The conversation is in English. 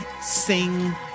sing